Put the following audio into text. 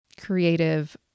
creative